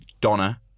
Donna